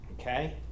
Okay